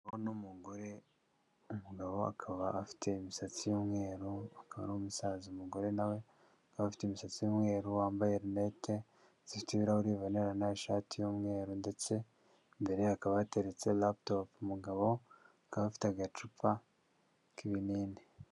Umugabo n'umugore, umugabo akaba afite imisatsi y'umweru, akaba ari n'umusaza. Umugore na we afite umusatsi y'umweru, wambaye linete zifite ibirahuri bibonerana, ishati y'umweru ndetse imbereye hakaba hateretse laptop. Umugabo aka afite agacupa k'ibinini.